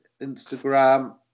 Instagram